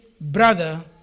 brother